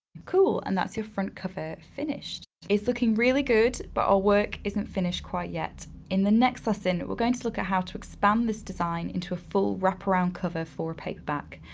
cool, and that's your front cover finished. it's looking really good but our work isn't finished quite yet. in the next lesson, we're going to look how to expand this design into full wraparound cover for paperback.